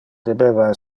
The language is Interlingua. debeva